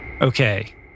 Okay